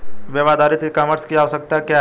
Web आधारित e commerce की आवश्यकता क्या है?